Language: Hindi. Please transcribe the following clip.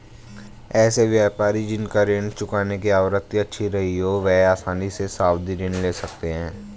ऐसे व्यापारी जिन का ऋण चुकाने की आवृत्ति अच्छी रही हो वह आसानी से सावधि ऋण ले सकते हैं